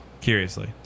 Curiously